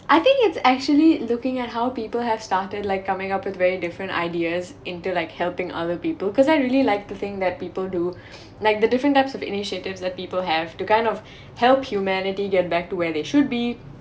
I think it's actually looking at how people have started like coming up with very different ideas into like helping other people cause I really like to think that people do like the different types of initiatives that people have to kind of help humanity get back to where they should be